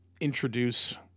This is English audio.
introduce